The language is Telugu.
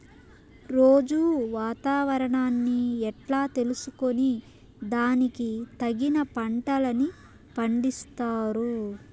రోజూ వాతావరణాన్ని ఎట్లా తెలుసుకొని దానికి తగిన పంటలని పండిస్తారు?